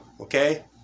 Okay